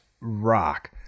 rock